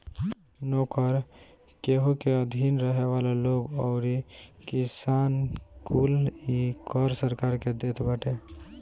नोकर, केहू के अधीन रहे वाला लोग अउरी किसान कुल इ कर सरकार के देत बाटे